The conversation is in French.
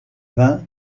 vin